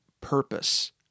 purpose